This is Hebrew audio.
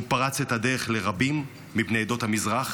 הוא פרץ את הדרך לרבים מבני עדות המזרח,